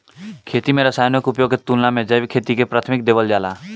खेती में रसायनों के उपयोग के तुलना में जैविक खेती के प्राथमिकता देवल जाला